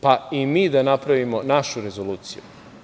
Pa, i mi da napravimo našu rezoluciju.